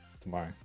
tomorrow